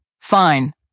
Fine